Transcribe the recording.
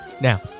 now